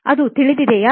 ಅದು ತಿಳಿದಿದೆಯೇ